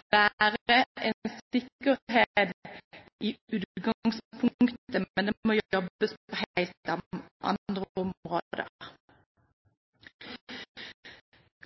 være en sikkerhet i utgangspunktet, men det må jobbes på helt andre områder. Like viktig som det